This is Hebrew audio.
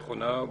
נכונה,